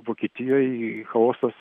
vokietijoj chaosas